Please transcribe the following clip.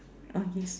ah yes